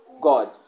God